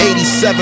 87